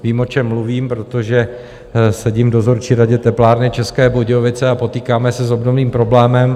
Vím, o čem mluvím, protože sedím v dozorčí radě teplárny České Budějovice, a potýkáme se s obdobným problémem.